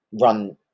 run